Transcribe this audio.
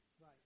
Right